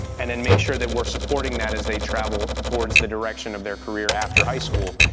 and then make sure that we're supporting that as they travel towards the direction of their career after high school.